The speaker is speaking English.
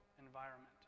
environment